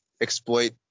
exploit